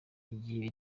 igihe